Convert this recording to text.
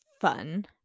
fun